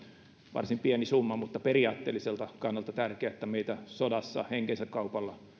varsin pieni summa mutta periaatteelliselta kannalta on tärkeää että meitä sodassa henkensä kaupalla